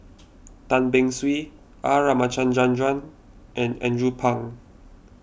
Tan Beng Swee R Ramachandran and Andrew Phang